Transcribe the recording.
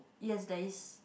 yes there is